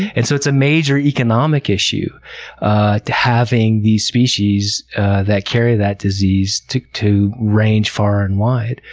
and so, it's a major economic issue ah to having these species that carry that disease to to range far and wide.